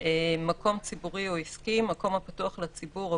"מקום ציבורי או עסקי" מקום הפתוח לציבור או